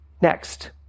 Next